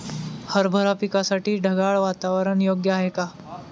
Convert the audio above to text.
हरभरा पिकासाठी ढगाळ वातावरण योग्य आहे का?